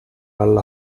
alla